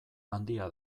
handia